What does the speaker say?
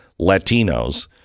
latinos